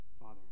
Father